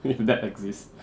if that exist